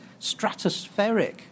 stratospheric